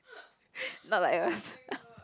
not like us